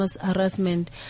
harassment